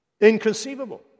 inconceivable